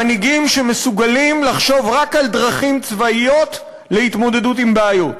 מנהיגים שמסוגלים לחשוב רק על דרכים צבאיות להתמודדות עם בעיות.